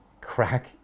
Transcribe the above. crack